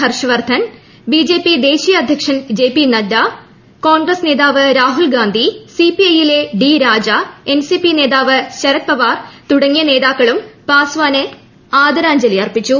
Harsh Vardhan BJP president J P Nadda Congress നേതാവ് രാഹുൽ ഗാന്ധി സിപിഐയിലെ D Raja NCP നേതാവ് ശരത് പവാർ തുടങ്ങിയ നേതാക്കളും പാസ്വാന് അന്ത്യാഞ്ജലി അർപ്പിച്ചു